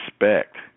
respect